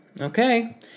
Okay